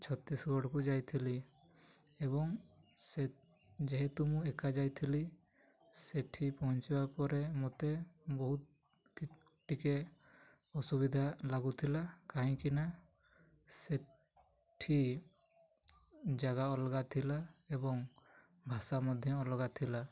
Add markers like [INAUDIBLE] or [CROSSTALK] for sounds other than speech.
ଛତିଶଗଡ଼କୁ ଯାଇଥିଲି ଏବଂ ସେ ଯେହେତୁ ମୁଁ ଏକା ଯାଇଥିଲି ସେଇଠି ପହଞ୍ଚିବା ପରେ ମୋତେ ବହୁତ [UNINTELLIGIBLE] ଟିକେ ଅସୁବିଧା ଲାଗୁଥିଲା କାହିଁକିନା ସେଇଠି ଜାଗା ଅଲଗା ଥିଲା ଏବଂ ଭାଷା ମଧ୍ୟ ଅଲଗା ଥିଲା